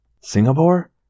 Singapore